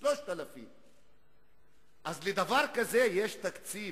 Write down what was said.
3,000. אז לדבר כזה יש תקציב,